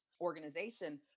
organization